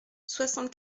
soixante